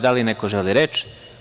Da li neko želi reč?